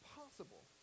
possible